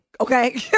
okay